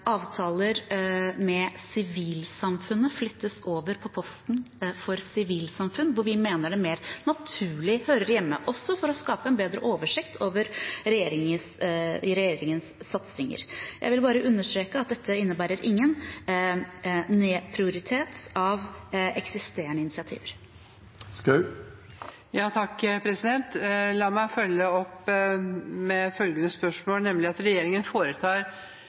Avtaler med sivilsamfunnet flyttes over på posten for sivilsamfunn, hvor vi mener det mer naturlig hører hjemme, også for å skape en bedre oversikt over regjeringens satsinger. Jeg vil bare understreke at dette innebærer ingen nedprioritering av eksisterende initiativer. La meg følge opp med følgende spørsmål: Regjeringen foretar, slik Høyre og jeg ser det, noe bemerkelsesverdig på utviklingsbudsjettet. Regjeringen